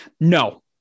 no